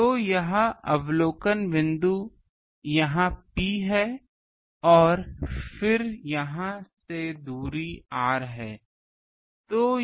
तो यह अवलोकन बिंदु यहाँ P है और फिर से यह दूरी r है